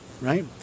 Right